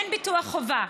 אין ביטוח חובה.